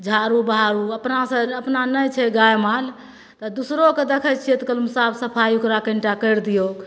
झाड़ू बहारू अपना भैरि अपना नहि छै गाय माल तऽ दुसरोके देखै छियै तऽ कनी साफ सफाइ ओकरा कनि टा कैरि दियौ